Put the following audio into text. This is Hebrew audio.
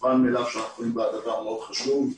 מובן מאליו שאנחנו רואים בה דבר מאוד חשוב.